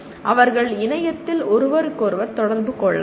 அவர்கள் இணையத்தில் ஒருவருக்கொருவர் தொடர்பு கொள்ளலாம்